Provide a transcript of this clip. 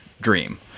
dream